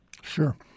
Sure